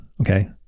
okay